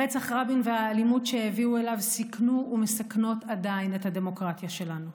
רצח רבין והאלימות שהביאו אליו סיכנו ומסכנות עדיין את הדמוקרטיה שלנו.